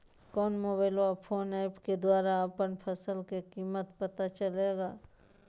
कौन mobile phone app के द्वारा अपन फसल के कीमत पता चलेगा?